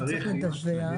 הוא צריך לדווח.